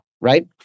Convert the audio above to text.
right